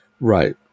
Right